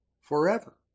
forever